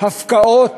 הפקעות